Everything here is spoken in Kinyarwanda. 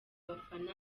bafana